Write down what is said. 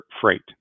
freight